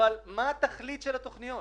אבל מה תכלית התוכניות?